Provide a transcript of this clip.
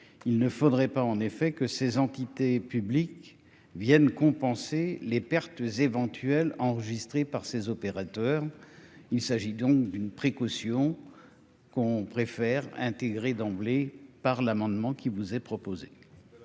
il ne faudrait pas que ces entités publiques viennent compenser les pertes éventuelles enregistrées par les opérateurs. Il s'agit donc d'une précaution que nous préférons intégrer d'emblée dans le texte. Quel est l'avis